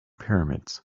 pyramids